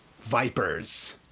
vipers